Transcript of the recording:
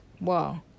Wow